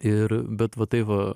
ir bet va taip va